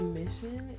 mission